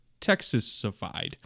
Texasified